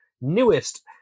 newest